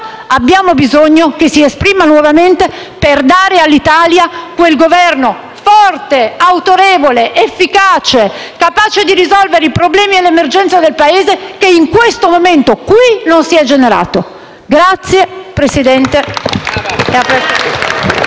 abbiamo bisogno che si esprima nuovamente per dare all'Italia quel Governo forte, autorevole, efficace, capace di risolvere i problemi e le emergenze del Paese che in questo momento, qui, non si è generato. *(Applausi